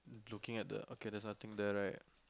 looking at the okay there's nothing there right